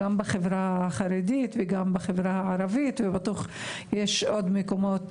גם בחברה החרדית וגם בחברה הערבית ובטוח שיש עוד מקומות